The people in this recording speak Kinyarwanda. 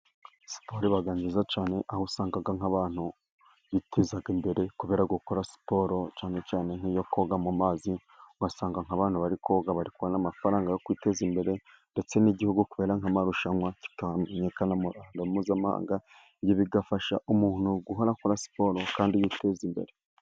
Siporo iba nziza cyane, aho usanga nk'abantu biteza imbere kubera gukora siporo, cyane cyane nk'iyo koga mu mazi, ugasanga nk'abantu bari koga bari kubona amafaranga yo kwiteza imbere, ndetse n'igihugu kubera nk'amarushanwa, kikamenyekana mu ruhando mpuzamahanga, ibyo bigafasha umuntu guhora akora siporo kandi yiteza imbere.